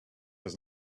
was